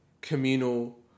communal